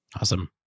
Awesome